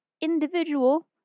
individual